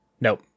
nope